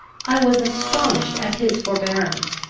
i was astonished at his forbearance.